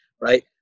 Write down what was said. right